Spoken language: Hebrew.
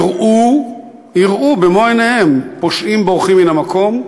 יראו במו-עיניהם פושעים בורחים מהמקום,